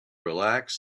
relax